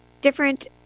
different